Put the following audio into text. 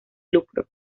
lucro